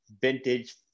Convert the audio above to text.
vintage